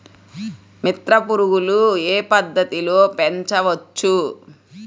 మిత్ర పురుగులు ఏ పద్దతిలో పెంచవచ్చు?